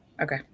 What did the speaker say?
okay